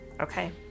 Okay